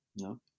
No